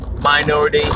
minority